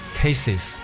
cases